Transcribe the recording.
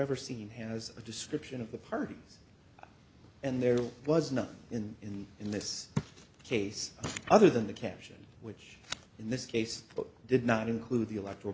ever seen has a description of the party and there was none in in in this case other than the caption which in this case but did not include the electoral